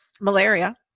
malaria